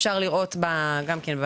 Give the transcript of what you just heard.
אפשר לראות בדיווח,